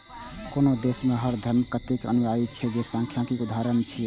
कोनो देश मे हर धर्मक कतेक अनुयायी छै, ई सांख्यिकीक उदाहरण छियै